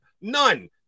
None